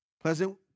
pleasant